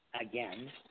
again